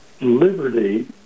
liberty